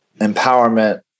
empowerment